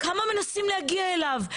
כמה מנסים להגיע אליו.